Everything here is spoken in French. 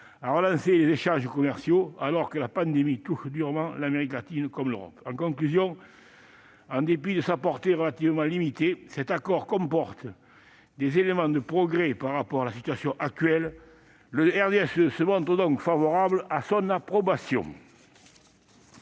à relancer les échanges commerciaux, alors que la pandémie touche durement l'Amérique latine comme l'Europe ... En conclusion, en dépit de sa portée relativement limitée, cet accord comporte des éléments de progrès par rapport à la situation actuelle : le groupe du RDSE est favorable à son approbation.